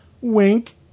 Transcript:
Wink